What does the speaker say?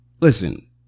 Listen